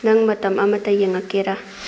ꯅꯪ ꯃꯇꯝ ꯑꯃꯇ ꯌꯦꯡꯉꯛꯀꯦꯔꯥ